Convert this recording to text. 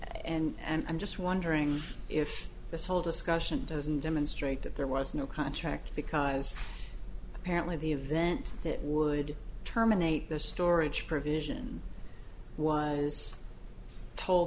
and i'm just wondering if this whole discussion doesn't demonstrate that there was no contract because the certainly the event that would terminate the storage provision was tol